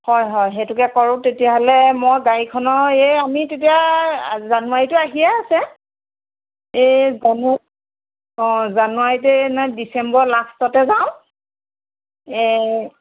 হয় হয় সেইটোকে কৰোঁ তেতিয়াহ'লে মই গাড়ীখনৰ এই আমি তেতিয়া জানুৱাৰীটো আহিয়ে আছে এই জানুৱাৰ অ জানুৱাৰীতেনে ডিচেম্বৰৰ লাষ্টতে যাওঁ এই